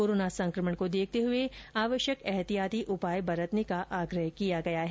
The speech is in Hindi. कोरोना संक्रमण को देखते हुए आवश्यक एतिहाती उपाया बरतने का आग्रह किया गया है